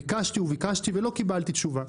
ביקשתי וביקשתי ולא קיבלתי תשובה.